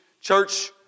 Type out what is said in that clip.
church